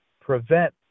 prevent